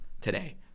today